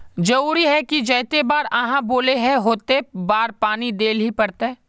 जरूरी है की जयते बार आहाँ बोले है होते बार पानी देल ही पड़ते?